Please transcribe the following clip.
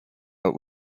but